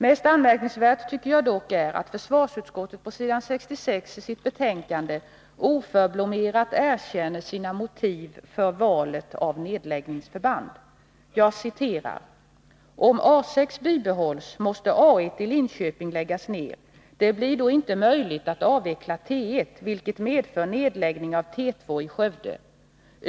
Mest anmärkningsvärt är dock, tycker jag, att försvarsutskottet på s. 66 i betänkandet oförblommerat erkänner sina motiv för valet av ”nedläggningsförband”: ”Om A 6 bibehålls måste A 1i Linköping läggas ner. Det blir då inte möjligt att avveckla T 1, vilket medför nedläggning av T2 i Skövde.